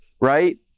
right